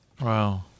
Wow